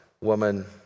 woman